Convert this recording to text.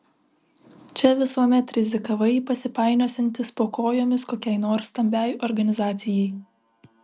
čia visuomet rizikavai pasipainiosiantis po kojomis kokiai nors stambiai organizacijai